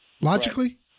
logically